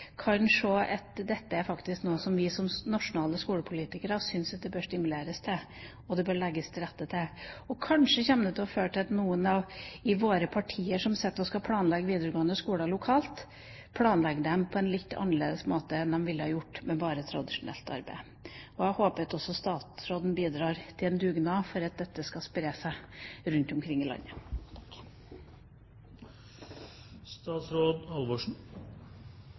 kan se at dette er noe som vi som nasjonale skolepolitikere syns det bør stimuleres til og legges til rette for. Kanskje kommer det til å føre til at noen i våre partier som sitter og skal planlegge videregående skoler lokalt, planlegger dem på en litt annerledes måte enn de ville ha gjort med bare tradisjonelt arbeid. Jeg håper at også statsråden bidrar til en dugnad for at dette skal spre seg rundt omkring i landet.